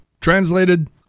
translated